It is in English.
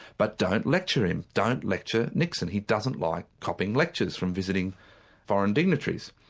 but don't lecture him, don't lecture nixon, he doesn't like copping lectures from visiting foreign dignitaries.